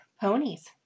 ponies